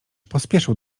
pospieszył